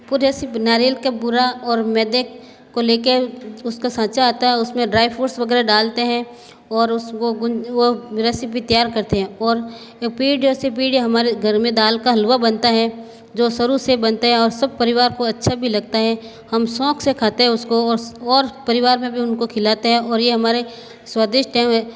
पूरे ऐसी नारियल का बुरा और मैदे को लेकर उसकी सांचा आता है उसमें ड्राई फ्रूट्स वगैरह डालते हैं और उसको वो रेसिपी तैयार करते हैं और पेट जैसे पीढ़ी हमारे घर में दाल का हलुआ बनता है जो शुरू से बनता हैं और सब परिवार को अच्छा भी लगता है हम शौक से खाते हैं उसको और परिवार में भी उनको खिलाते हैं और यह हमारे स्वादिष्ट हैं